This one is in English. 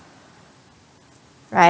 right